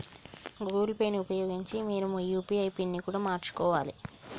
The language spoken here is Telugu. గూగుల్ పే ని ఉపయోగించి మీరు మీ యూ.పీ.ఐ పిన్ని కూడా మార్చుకోవాలే